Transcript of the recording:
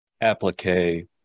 applique